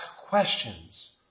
questions